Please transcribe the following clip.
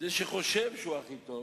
לחזק אותה,